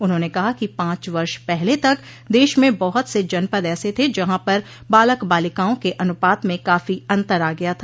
उन्होंने कहा कि पांच वर्ष पहले तक देश में बहुत से जनपद ऐसे थे जहां पर बालक बालिकाओं के अनुपात में काफी अन्तर आ गया था